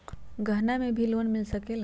गहना से भी लोने मिल सकेला?